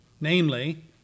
namely